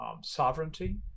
sovereignty